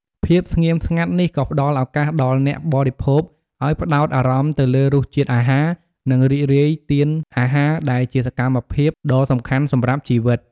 ភាពស្ងៀមស្ងាត់នេះក៏ផ្តល់ឱកាសដល់អ្នកបរិភោគឱ្យផ្តោតអារម្មណ៍ទៅលើរសជាតិអាហារ និងរីករាយទានអាហារ ដែលជាសកម្មភាពដ៏សំខាន់សម្រាប់ជីវិត។